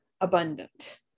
abundant